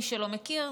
למי שלא מכיר,